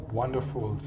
wonderful